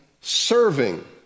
serving